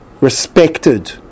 respected